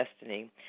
destiny